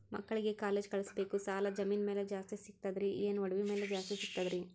ಮಕ್ಕಳಿಗ ಕಾಲೇಜ್ ಕಳಸಬೇಕು, ಸಾಲ ಜಮೀನ ಮ್ಯಾಲ ಜಾಸ್ತಿ ಸಿಗ್ತದ್ರಿ, ಏನ ಒಡವಿ ಮ್ಯಾಲ ಜಾಸ್ತಿ ಸಿಗತದ?